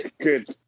Good